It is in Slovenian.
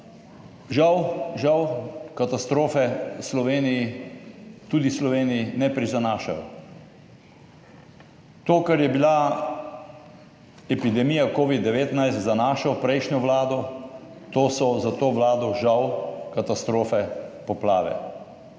da žal, katastrofe v Sloveniji, tudi Sloveniji ne prizanašajo. To, kar je bila epidemija covid-19 za našo prejšnjo vlado, to so za to vlado žal katastrofe, poplave,